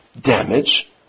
damage